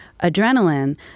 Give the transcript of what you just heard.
adrenaline